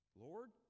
Lord